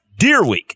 Deerweek